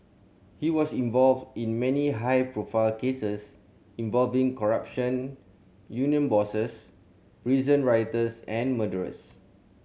he was involved in many high profile cases involving corrupt union bosses prison rioters and murderers